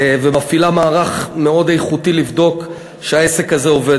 והיא מפעילה מערך מאוד איכותי כדי לבדוק שהעסק הזה עובד.